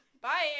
Bye